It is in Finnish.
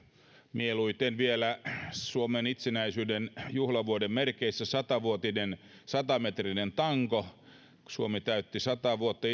mieluiten vielä suomen itsenäisyyden juhlavuoden merkeissä sata metrinen tanko kun suomi täytti sata vuotta